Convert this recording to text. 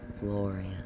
Gloria